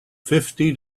fifty